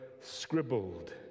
scribbled